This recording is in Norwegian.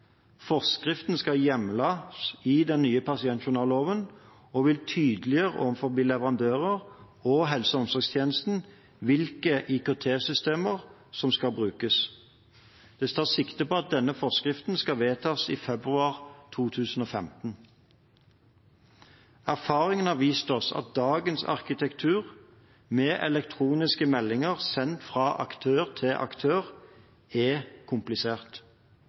Forskriften skal hjemles i den nye pasientjournalloven og vil tydeliggjøre overfor leverandører og helse- og omsorgstjenesten hvilke IKT-systemer som skal brukes. Det tas sikte på at denne forskriften skal vedtas i februar 2015. Erfaring har vist oss at dagens arkitektur – med elektroniske meldinger sendt fra aktør til aktør – er komplisert.